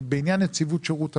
בעניין נציבות שירות המדינה,